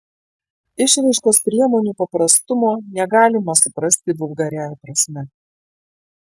išraiškos priemonių paprastumo negalima suprasti vulgariąja prasme